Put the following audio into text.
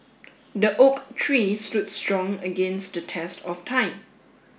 the oak tree stood strong against the test of time